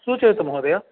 सूचयतु महोदय